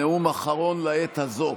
נאום אחרון לעת הזאת.